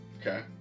Okay